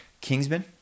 Kingsman